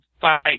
fight